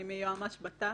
אני מיועמ"ש בט"פ,